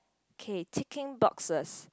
okay ticking boxes